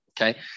okay